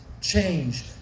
change